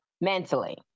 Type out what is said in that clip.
mentally